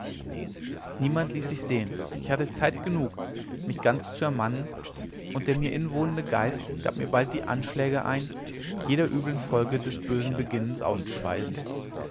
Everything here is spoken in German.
niemand ließ sich sehen ich hatte zeit genug mich ganz zu ermannen und der mir inwohnende geist gab mir bald die anschläge ein jeder üblen folge des bösen beginnens auszuweisen